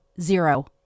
zero